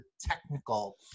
technical